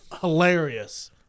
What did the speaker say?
Hilarious